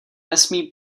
nesmí